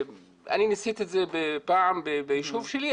אני ניסיתי את זה פעם ביישוב שלי,